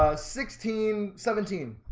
ah sixteen seventeen